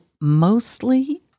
mostly